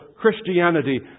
Christianity